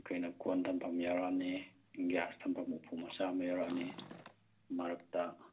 ꯑꯩꯈꯣꯏꯅ ꯀꯣꯟ ꯊꯝꯐꯝ ꯌꯥꯎꯔꯛꯑꯅꯤ ꯒ꯭ꯌꯥꯁ ꯊꯝꯐꯝ ꯎꯄꯨ ꯃꯆꯥ ꯑꯃ ꯌꯥꯎꯔꯛꯑꯅꯤ ꯃꯔꯛꯇ